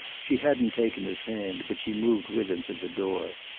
she hadn't taken his hand, but she moved with him to the door.